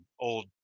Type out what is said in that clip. old